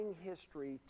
history